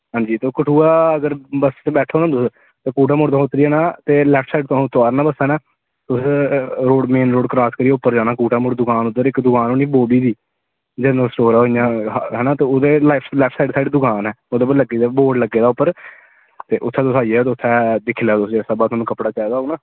आंजी तुस कठुआ अगर बस च बैठो कूटामोड़ तुसें उत्तरी जाना ते लैफ्ट साइड तोहेंई तोआरना बस्सै नै तुस फिर रोड़ मेन रोड़ क्रास करियै उप्पर जाना कूटामोड़ दुकान इक दुकान होनी बोबी दी ओह्दे लैफ्ट साइड साढ़ी दुकान ऐ ओह्दे पर लग्गे दा बोर्ड लग्गे दा उप्पर ते उत्थै तुस अई जाओ ते उत्थै दिक्खी लैओ जिस स्हाबै दा कपड़ा चाही दा होग न